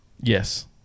Yes